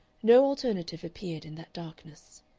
no alternative appeared in that darkness.